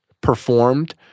performed